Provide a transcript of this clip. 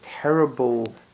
terrible